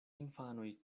infanoj